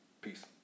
Peace